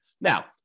Now